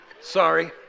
Sorry